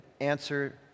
answer